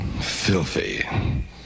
filthy